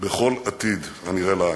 בכל עתיד הנראה לעין.